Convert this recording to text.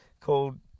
called